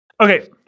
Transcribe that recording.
Okay